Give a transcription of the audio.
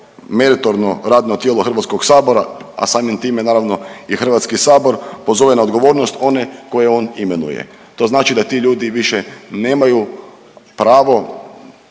meritorno radno tijelo Hrvatskog sabora, a samim time naravno i Hrvatski sabor pozove na odgovornost one koje on imenuje. To znači da ti ljudi više nemaju pravo